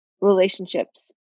relationships